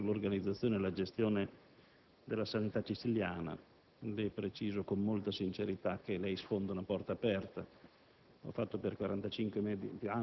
spesso poco lusinghiero, sull'organizzazione e la gestione della sanità siciliana, ebbene, preciso con molta sincerità che sfonda una porta aperta.